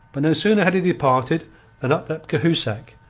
but no sooner had he departed than up leapt cahusac,